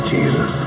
Jesus